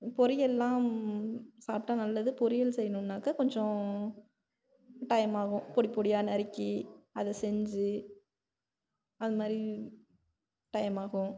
பொரியல்லாம் சாப்பிட்டா நல்லது பொரியல் செய்ணுன்னாக்க கொஞ்சம் டைம் ஆகும் பொடி பொடியாக நறுக்கி அதை செஞ்சு அது மாதிரி டைம் ஆகும்